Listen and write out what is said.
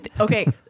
okay